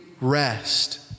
rest